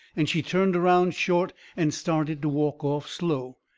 and she turned around short, and started to walk off slow.